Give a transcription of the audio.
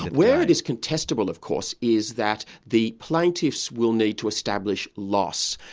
where it is contestable of course, is that the plaintiffs will need to establish loss.